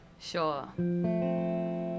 Sure